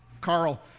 Carl